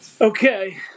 Okay